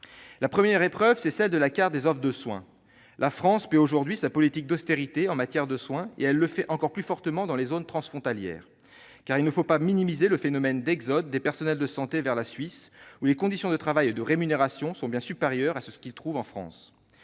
La première épreuve, c'est celle de la carte de l'offre de soins. La France paie aujourd'hui sa politique d'austérité en matière de soins, et elle le fait encore plus fortement dans les zones frontalières. Car il ne faut pas minimiser le phénomène d'exode des personnels de santé vers la Suisse, où les conditions de travail et de rémunération sont bien supérieures à ce qu'ils trouvent en France.